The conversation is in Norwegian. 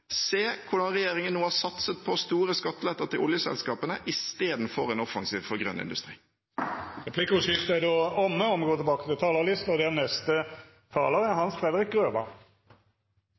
Se hvordan regjeringen nå har satset på store skattelettelser til oljeselskapene istedenfor en offensiv for grønn industri. Replikkordskiftet er omme. Vi har i dag kommet til siste dag i en sesjon helt utenom det vanlige. Det som fram til mars tegnet til å